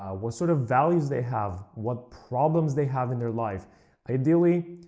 what sort of values they have, what problems they have in their life ideally,